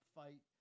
fight